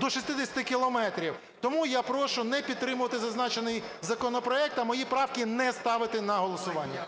до 60 кілометрів. Тому я прошу не підтримувати зазначений законопроект, а мої правки не ставити на голосування.